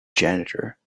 janitor